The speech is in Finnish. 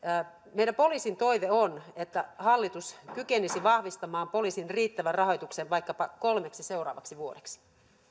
meidän poliisin toive on että hallitus kykenisi vahvistamaan poliisille riittävän rahoituksen vaikkapa kolmeksi seuraavaksi vuodeksi